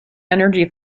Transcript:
energy